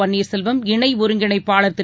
பன்னீர்செல்வம் இணை ஒருங்கிணைப்பாளர் திரு